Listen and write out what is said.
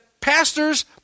pastors